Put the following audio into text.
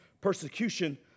persecution